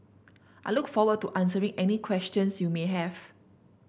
I look forward to answering any questions you may have